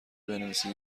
بنویسید